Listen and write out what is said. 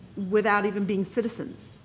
without even being citizens.